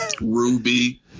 ruby